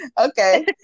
Okay